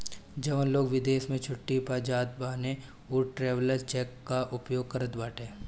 जवन लोग विदेश में छुट्टी पअ जात बाने उ ट्रैवलर चेक कअ उपयोग करत बाने